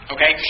Okay